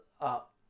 up